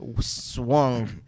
swung